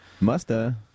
Musta